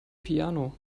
piano